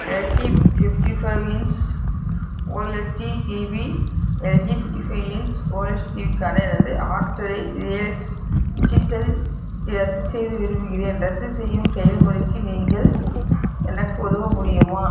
LG fifty five inch OLED TV LG எனது ஆர்டரை Reliance Digital ரத்து செய்ய விரும்புகிறேன் ரத்து செய்யும் செயல்முறைக்கு நீங்கள் எனக்கு உதவ முடியுமா